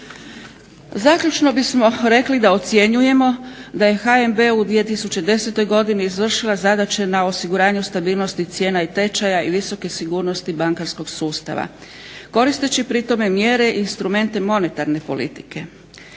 Zaključno bismo rekli da ocjenjujemo da je HNB u 2010. godini izvršila zadaće na osiguranju stabilnosti cijena i tečaja i visoke sigurnosti bankarskog sustava, koristeći pri tome mjere i instrumente monetarne politike.